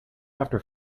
after